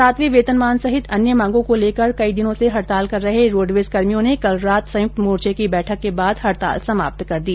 सातवें वेतनमान सहित अन्य मांगों को लेकर कई दिनों से हड़ताल कर रहे रोडवेज कर्मियों ने कल रात संयुक्त मोर्चे की बैठक के बाद हड़ताल समाप्त कर दी